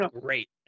great